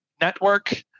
network